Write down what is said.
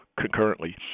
concurrently